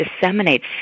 disseminates